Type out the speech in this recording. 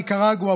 ניקרגואה,